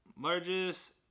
Largest